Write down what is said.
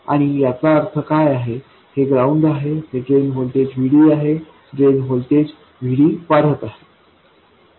आणि याचा अर्थ काय आहे हे ग्राउंड आहे हे ड्रेन व्होल्टेज VD आहे ड्रेन व्होल्टेज VD वाढत आहे